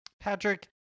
Patrick